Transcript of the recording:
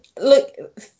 Look